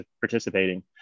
participating